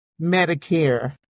Medicare